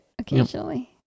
occasionally